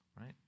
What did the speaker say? right